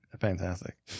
Fantastic